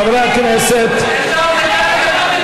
חברי הכנסת,